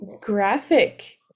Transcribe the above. graphic